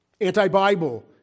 anti-Bible